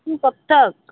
कब तक